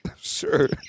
Sure